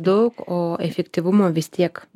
daug o efektyvumo vis tiek